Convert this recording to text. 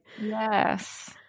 Yes